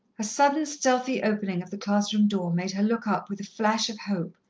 a sudden, stealthy opening of the class-room door made her look up with a flash of hope,